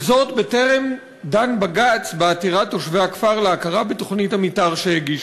וזאת בטרם דן בג"ץ בעתירת תושבי הכפר להכרה בתוכנית המתאר שהגישו.